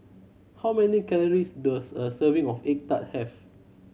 how many calories does a serving of egg tart have